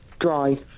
Dry